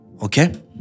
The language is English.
okay